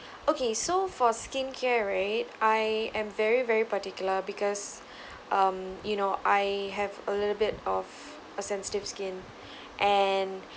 okay so for skincare right I am very very particular because um you know I have a little bit of a sensitive skin and